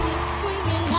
swinging